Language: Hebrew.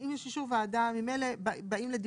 אם יש אישור ועדה ממילא באים לדיון